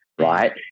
right